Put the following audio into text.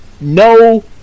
No